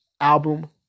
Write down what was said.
album